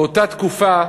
באותה תקופה,